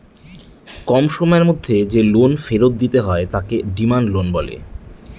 কম সময়ের মধ্যে যে লোন ফেরত দিতে হয় তাকে ডিমান্ড লোন বলে